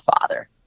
father